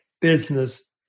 business